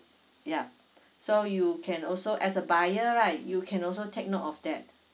ya so you can also as a buyer right you can also take note of that